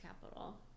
capital